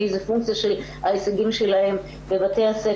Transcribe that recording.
אני מצפה לקבל משהו מבוסס ממך או ממישהו אחר,